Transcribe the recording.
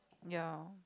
ya